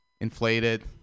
inflated